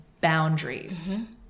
Boundaries